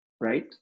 Right